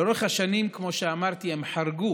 לאורך השנים, כמו שאמרתי, הן חרגו